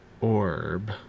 orb